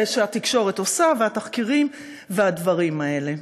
שהתקשורת עושה והתחקירים והדברים האלה,